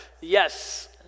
Yes